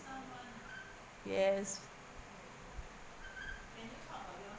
yes